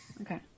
Okay